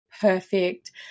perfect